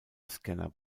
scanner